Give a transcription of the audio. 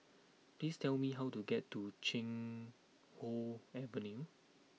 please tell me how to get to Chuan Hoe Avenue